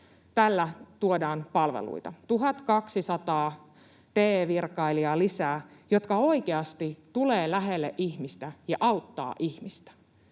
tällä tuodaan palveluita: 1 200 TE-virkailijaa lisää, jotka oikeasti tulevat lähelle ihmistä ja auttavat ihmistä